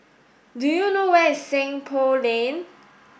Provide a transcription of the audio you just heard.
do you know where is Seng Poh Lane